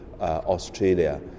Australia